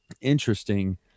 interesting